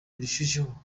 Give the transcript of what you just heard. birushijeho